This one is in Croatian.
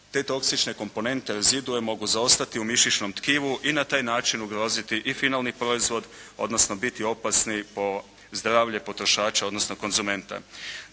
te toksične komponente rezidue mogu zaostati u mišićnom tkivu i na taj način ugroziti i finalni proizvod, odnosno biti opasni po zdravlje potrošača, odnosno konzumenta.